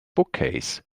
bookcase